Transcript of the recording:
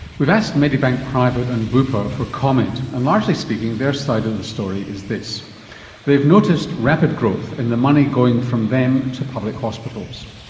we've asked medibank private and bupa for comment, and largely speaking, their side of the story is this they've noticed rapid growth in the money going from them to public hospitals.